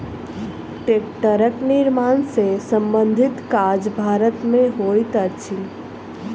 टेक्टरक निर्माण सॅ संबंधित काज भारत मे होइत अछि